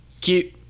cute